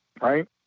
right